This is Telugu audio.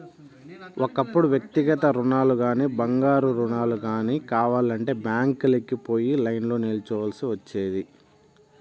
ఒకప్పుడు వ్యక్తిగత రుణాలుగానీ, బంగారు రుణాలు గానీ కావాలంటే బ్యాంకీలకి పోయి లైన్లో నిల్చోవల్సి ఒచ్చేది